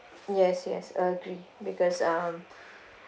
yes yes agree because um